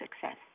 success